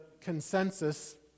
consensus